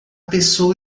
pessoa